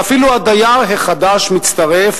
ואפילו הדייר החדש מצטרף,